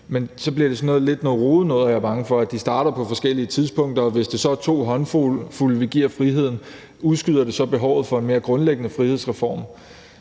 er, at det lidt bliver noget rodet noget, hvor de starter på forskellige tidspunkter, og hvis det så er to håndfulde, vi giver friheden, udskyder det så behovet for en mere grundlæggende frihedsreform?